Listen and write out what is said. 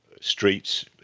streets